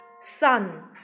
Sun